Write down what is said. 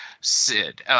Sid